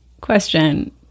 Question